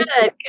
good